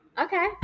Okay